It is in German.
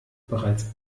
bereits